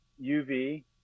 UV